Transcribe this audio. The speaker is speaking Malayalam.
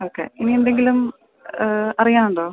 ഓക്കെ ഇനിയെന്തെങ്കിലും അറിയാൻ ഉണ്ടോ